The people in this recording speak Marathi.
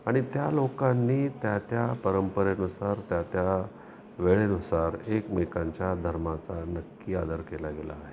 आणि त्या लोकांनी त्या त्या परंपरेनुसार त्या त्या वेळेनुसार एकमेकांच्या धर्माचा नक्की आदर केला गेला आहे